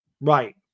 Right